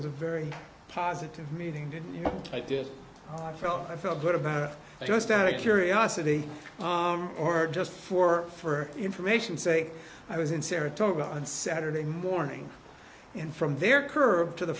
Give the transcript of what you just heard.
was a very positive meeting and i did i felt i felt good about it just out of curiosity or just for for information say i was in saratoga on saturday morning and from there curved to the